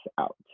out